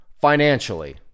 financially